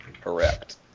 Correct